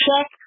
check